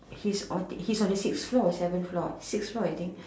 he's on the he's on the sixth floor or seven floor six floor I think